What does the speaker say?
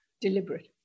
deliberate